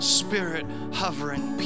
spirit-hovering